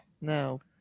No